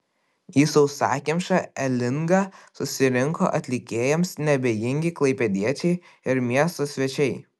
į sausakimšą elingą susirinko atlikėjams neabejingi klaipėdiečiai ir miesto svečiai